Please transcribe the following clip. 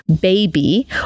baby